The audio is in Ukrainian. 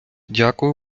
дякую